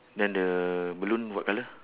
then the balloon what colour